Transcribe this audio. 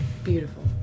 Beautiful